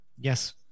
Yes